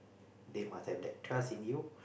they must have that trust in you